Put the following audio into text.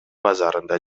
базарында